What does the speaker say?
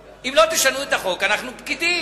החוק, אם לא תשנו את החוק, אנחנו פקידים.